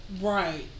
Right